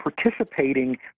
participating